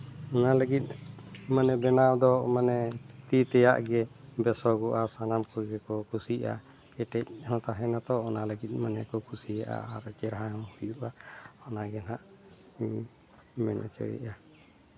ᱚᱱᱟ ᱞᱟᱹᱜᱤᱫ ᱵᱮᱱᱟᱣ ᱫᱚ ᱢᱟᱱᱮ ᱛᱤ ᱛᱮᱭᱟᱜ ᱜᱮ ᱵᱮᱥᱚᱜᱚᱜᱼᱟ ᱥᱟᱱᱟᱢ ᱠᱚᱜᱮ ᱠᱚ ᱠᱩᱥᱤᱭᱟᱜᱼᱟ ᱠᱮᱴᱮᱡ ᱦᱚᱸ ᱛᱟᱦᱮᱸ ᱱᱟᱛᱚ ᱚᱱᱟ ᱞᱟᱹᱜᱤᱫ ᱢᱟᱱᱮ ᱠᱚ ᱠᱩᱥᱤᱭᱟᱜᱼᱟ ᱟᱨ ᱪᱮᱦᱨᱟ ᱦᱚᱸ ᱦᱩᱭᱩᱜᱼᱟ ᱚᱱᱟᱜᱮ ᱦᱟᱸᱜ ᱤᱧ ᱢᱮᱱ ᱦᱚᱪᱚᱭᱮᱫᱼᱟ